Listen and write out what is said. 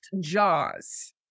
jaws